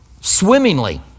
swimmingly